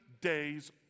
days